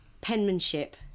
Penmanship